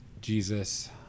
Jesus